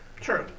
True